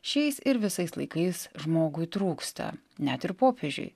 šiais ir visais laikais žmogui trūksta net ir popiežiui